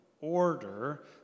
order